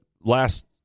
last